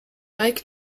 mike